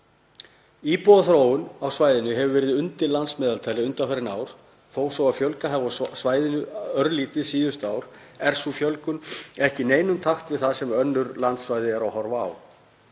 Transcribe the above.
Íbúaþróun á svæðinu hefur verið undir landsmeðaltali undanfarin ár. Þó svo að fjölgað hafi á svæðinu örlítið síðustu ár er sú fjölgun ekki í neinum takti við það sem önnur landsvæði eru að horfa á.